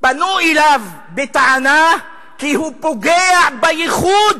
פנו אליו בטענה כי הוא פוגע בייחוד